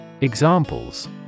Examples